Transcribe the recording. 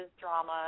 drama